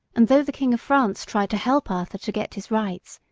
and though the king of france tried to help arthur to get his rights,